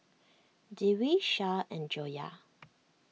Dewi Shah and Joyah